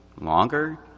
longer